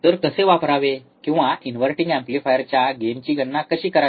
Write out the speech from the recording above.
तर कसे वापरावे किंवा इनव्हर्टींग एम्पलीफायरच्या गेनची गणना कशी करावी